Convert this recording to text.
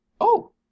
Oh